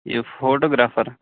یہِ فوٹوگریفر